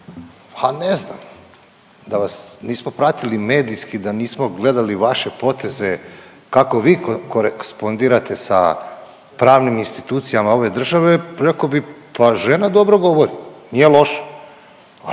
Ha ne znam, da vas nismo pratili medijski, da nismo gledali vaše poteze kako vi korekspondirate sa pravnim institucijama ove države, rekao bi, pa žena dobro govori, nije loša. Ali, jeste